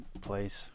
place